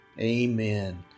amen